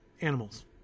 animals